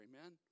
Amen